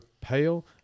pale